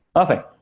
nothing.